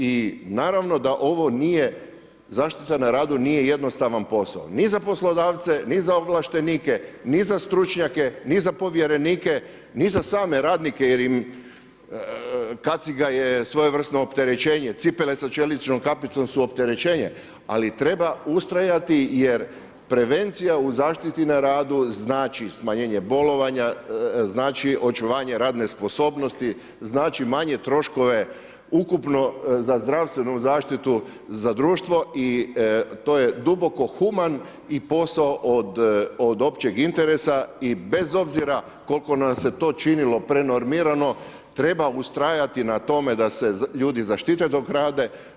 I naravno da ovo nije zaštita na radu nije jednostavan posao ni za poslodavce, ni za ovlaštenike, ni za stručnjake, ni za povjerenike, ni za same radnike jer im kaciga je svojevrsno opterećenje, cipele sa čeličnom kapicom su opterećenje, ali treba ustrajati jer prevencija u zaštititi na radu znači smanjenje bolovanja, znači očuvanje radne sposobnosti, znači manje troškove ukupno za zdravstvenu zaštitu za društvo i to je duboko human i posao od općeg interesa i bez obzira koliko nam se to činilo prenormirano, treba ustrajati na tome da se ljudi zaštite do rade.